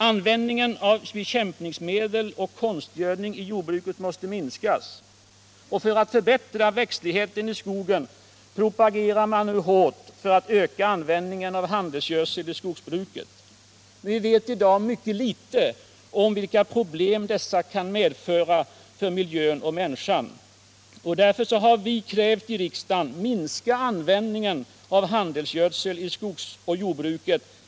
Användningen av bekämpningsmedel och konstgödning i jordbruket måste minskas. För att förbättra växtligheten i skogen propagerar man hårt för att öka användningen av handelsgödsel i skogsbruket. Vi vet i dag mycket litet om vilka problem dessa kan medföra för miljön och människan. Därför har vi krävt i riksdagen en minskad användning av handelsgödsel i jordoch skogsbruket.